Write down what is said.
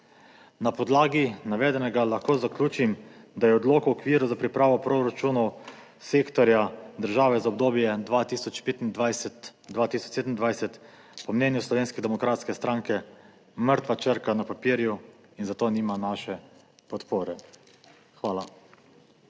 Na podlagi navedenega lahko zaključim, da je Odlok o okviru za pripravo proračunov sektorja države za obdobje 2025-2027 po mnenju Slovenske demokratske stranke mrtva črka na papirju in za to nima naše podpore. Hvala.